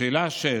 לשאלה 6: